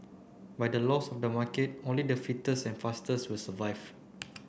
by the laws of the market only the fittest and fastest will survive